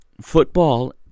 football